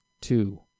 two